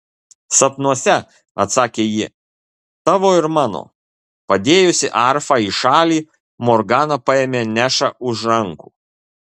sapnuose atsakė ji tavo ir mano padėjusi arfą į šalį morgana paėmė nešą už rankų